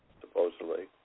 supposedly